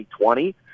2020